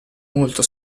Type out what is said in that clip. molto